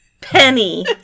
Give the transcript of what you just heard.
penny